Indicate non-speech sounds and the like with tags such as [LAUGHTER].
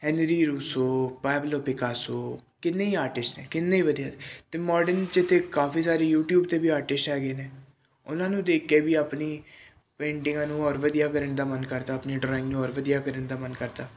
Henry Rousseau Pablo Picasso ਕਿੰਨੇ ਹੀ artist ਨੇ ਕਿੰਨੇ ਵਧੀਆ ਅਤੇ [UNINTELLIGIBLE] 'ਚ ਤਾਂ ਕਾਫੀ ਸਾਰੀ ਯੂਟੀਊਬ 'ਤੇ ਵੀ ਆਰਟਿਸਟ ਹੈਗੇ ਨੇ ਉਹਨਾਂ ਨੂੰ ਦੇਖ ਕੇ ਵੀ ਆਪਣੀ ਪੇਂਟਿੰਗਾਂ ਨੂੰ ਹੋਰ ਵਧੀਆ ਕਰਨ ਦਾ ਮਨ ਕਰਦਾ ਆਪਣੀ ਡਰਾਇੰਗ ਨੂੰ ਹੋਰ ਵਧੀਆ ਕਰਨ ਦਾ ਮਨ ਕਰਦਾ